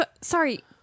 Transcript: Sorry